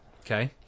okay